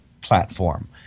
platform